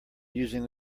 using